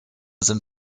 sind